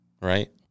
Right